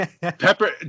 Pepper